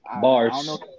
Bars